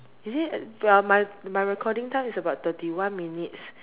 is it ya my my recording time is about thirty one minutes